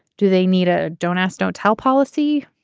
do they need a don't ask don't tell policy.